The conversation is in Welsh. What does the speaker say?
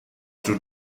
drwy